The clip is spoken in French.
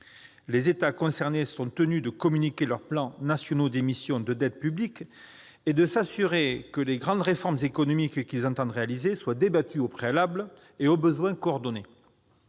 Les États concernés sont tenus de communiquer leurs plans nationaux d'émissions de dette publique et de s'assurer que les grandes réformes économiques qu'ils entendent réaliser sont débattues au préalable et, au besoin, coordonnées.